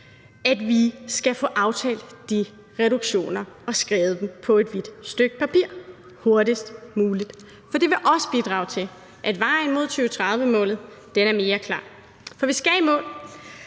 at vi skal få aftalt de reduktioner og skrevet dem på et hvidt stykke papir hurtigst muligt, for det vil også bidrage til, at vejen mod 2030-målet er mere klar – for vi skal i mål.